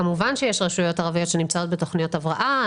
כמובן שיש רשויות ערביות שנמצאות בתכניות הבראה.